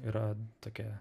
yra tokie